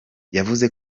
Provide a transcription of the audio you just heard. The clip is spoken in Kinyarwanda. yavuze